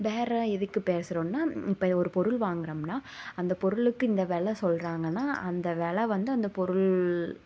பேரம் எதுக்கு பேசுகிறோனா இப்போ ஒரு பொருள் வாங்கிறம்னா அந்த பொருளுக்கு இந்த வெலை சொல்றாங்கனால் அந்த வெலை வந்து அந்த பொருள்